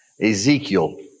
Ezekiel